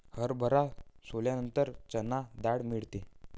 हरभरा सोलल्यानंतर चणा डाळ मिळते